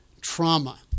trauma